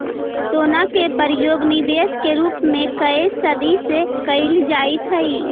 सोना के प्रयोग निवेश के रूप में कए सदी से कईल जाइत हई